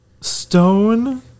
stone